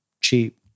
cheap